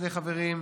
שני חברים: